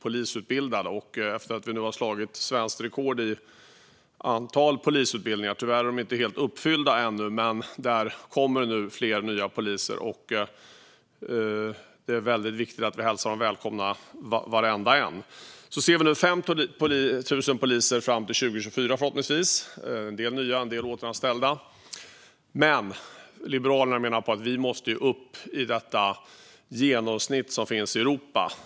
Vi har nu slagit svenskt rekord i antal polisutbildningar. Tyvärr är de inte helt fyllda ännu. Men det kommer nu fler nya poliser, och det är väldigt viktigt att vi hälsar dem välkomna, varenda en. Det ska bli 5 000 fler poliser fram till 2024, förhoppningsvis, en del nya och en del återanställda. Men Liberalerna menar att vi måste upp till genomsnittet i Europa.